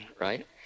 right